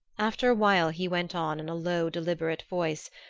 after a while he went on in a low deliberate voice,